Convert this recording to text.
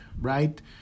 right